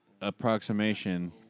approximation